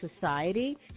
Society